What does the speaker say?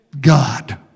God